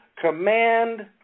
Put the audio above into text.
Command